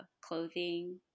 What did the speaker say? clothing